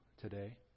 today